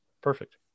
Perfect